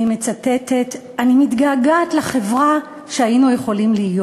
אני מצטטת: "אני מתגעגעת לחברה שהיינו יכולים להיות.